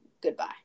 goodbye